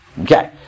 Okay